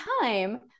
time